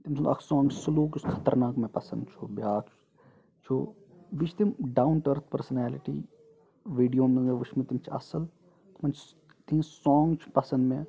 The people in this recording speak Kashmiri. تٔمۍ سُند اکھ سانگ چھُ سلوٗکٕس خَطرناکھ مےٚ پسنٛد چھُ بیاکھ چھُ بیٚیہِ چھِ تِم down to earth personality video یِم یم مےٚ وٕچھۍ تِم چھِ اَصٕل تِم سانگ چھِ پسنٛد مےٚ